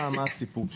מה הסיפור שם?